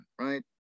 right